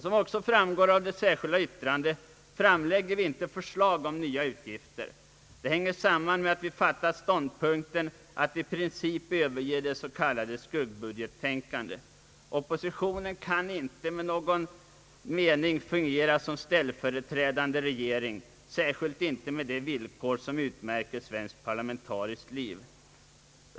Som också framgår av det särskilda yttrandet framlägger vi inte förslag om nya utgifter. Det hänger samman med att vi intagit ståndpunkten att i princip överge det s.k. skuggbudgettänkandet. Oppositionen kan inte fungera som ställföreträdande regering, särskilt inte på de villkor som utmärker svenskt parlamentariskt liv.